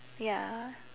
ya